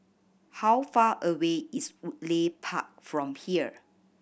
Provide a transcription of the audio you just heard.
how far away is Woodleigh Park from here